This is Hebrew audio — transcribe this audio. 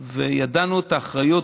וידענו את האחריות,